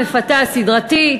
מפתה סדרתית.